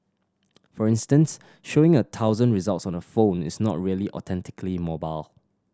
for instance showing a thousand results on a phone is not really authentically mobile